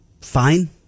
fine